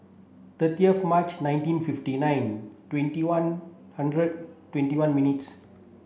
thirty of March nineteen fifty nine twenty one hundred twenty one minutes